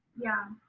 yeah!